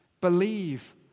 Believe